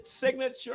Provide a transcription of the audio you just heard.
signature